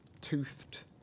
toothed